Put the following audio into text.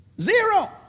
zero